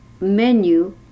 menu